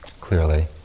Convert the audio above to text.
clearly